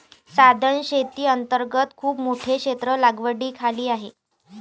सधन शेती अंतर्गत खूप मोठे क्षेत्र लागवडीखाली आहे